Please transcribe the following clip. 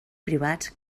privats